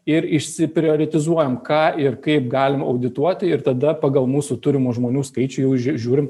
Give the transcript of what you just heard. ir išsiprioritezuojam ką ir kaip galim audituoti ir tada pagal mūsų turimų žmonių skaičių jau žiū žiūrim